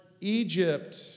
Egypt